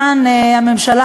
הממשלה,